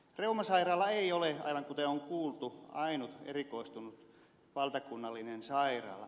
reumasairaala ei ole aivan kuten on kuultu ainut erikoistunut valtakunnallinen sairaala